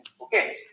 okay